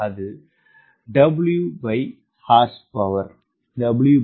அது Whorsepower